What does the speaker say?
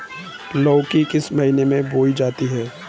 लौकी किस महीने में बोई जाती है?